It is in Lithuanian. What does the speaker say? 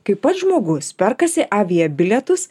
kai pats žmogus perkasi avija bilietus